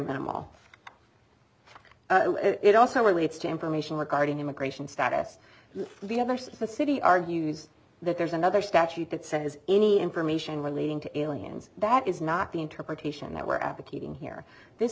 minimal it also relates to information regarding immigration status the other simplicity argues that there's another statute that says any information relating to aliens that is not the interpretation that we're advocating here this